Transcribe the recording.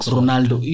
Ronaldo